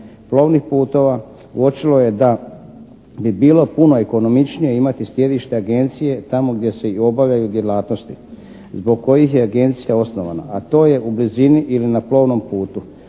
plovnih putova uočilo je da bi bilo puno ekonomičnije imati sjedište agencije tamo gdje se i obavljaju djelatnosti zbog kojih je agencija osnovana a to je u blizini ili na plovnom putu.